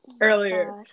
earlier